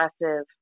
impressive